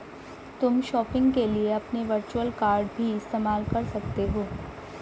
तुम शॉपिंग के लिए अपने वर्चुअल कॉर्ड भी इस्तेमाल कर सकते हो